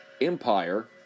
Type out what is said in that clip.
empire